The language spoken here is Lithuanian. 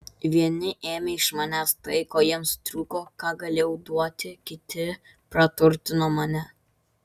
vieni ėmė iš manęs tai ko jiems trūko ką galėjau duoti kiti praturtino mane